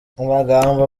amagambo